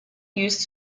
used